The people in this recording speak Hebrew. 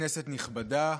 כנסת נכבדה,